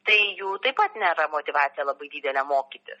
tai jų taip pat nėra motyvacija labai didelė mokytis